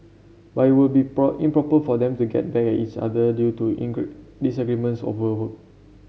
but it would be improper for them to get back at each other due to disagreements over work